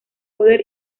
poder